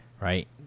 right